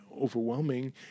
overwhelming